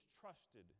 trusted